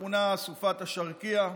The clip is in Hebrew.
המכונה סופת השרקייה,